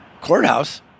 courthouse